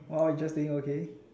orh interesting okay